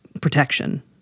protection